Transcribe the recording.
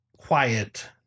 quiet